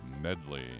Medley